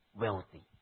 wealthy